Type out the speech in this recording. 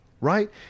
right